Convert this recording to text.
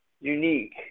unique